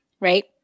right